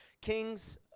Kings